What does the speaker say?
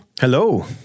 Hello